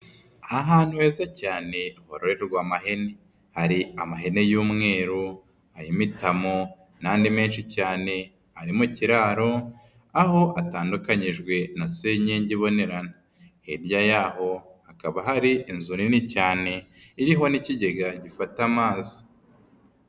Aha hantu heza cyane hororerwa amahene, hari amahene y'umweru, ay'imitamo n'andi menshi cyane ari mu ikiraro, aho atandukanyijwe na senyenge ibonerana. Hirya yaho hakaba hari inzu nini cyane iriho n'ikigega gifata amazi.